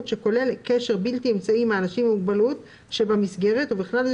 שכולל קשר בלתי אמצעי עם האנשים עם המוגבלות שבמסגרת ובכלל זה